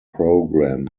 program